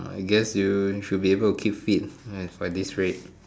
I guess you'll you should be able to keep fit at this rate